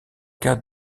cas